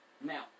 Now